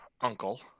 uncle